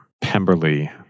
Pemberley